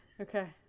okay